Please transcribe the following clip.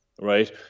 right